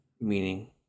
meaning